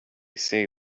say